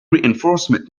reinforcement